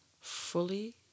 fully